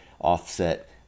offset